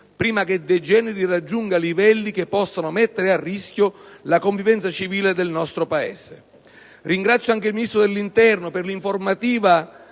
prima che degeneri e raggiunga livelli che possano mettere a rischio la civile convivenza nel nostro Paese. Ringrazio anche il Ministro dell'interno per l'informativa